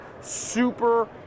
super